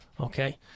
okay